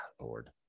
Lord